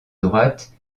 droite